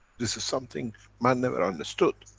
this is something man never understood.